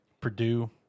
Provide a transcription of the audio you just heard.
Purdue